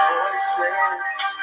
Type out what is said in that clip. voices